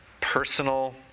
personal